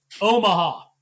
Omaha